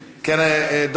מה נעשה עם חבר הכנסת חזן?